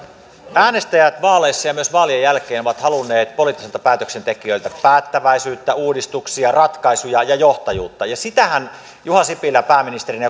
äänestäjät vaaleissa ja myös vaalien jälkeen ovat halunneet poliittisilta päätöksentekijöiltä päättäväisyyttä uudistuksia ratkaisuja ja johtajuutta niin sitähän juha sipilä pääministerinä